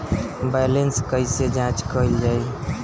Balance कइसे जांच कइल जाइ?